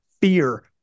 fear